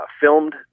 filmed